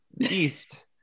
east